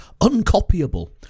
Uncopyable